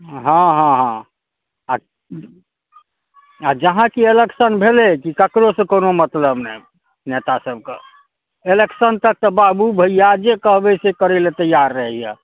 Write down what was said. हँ हँ हँ आ आ जहाँ की एलेक्शन भेलै की ककरौ सँ कोनो मतलब नहि नेता सब क एलेक्शन तक तऽ बाबु भैया जे कहबै से करै लए तैयार रहैया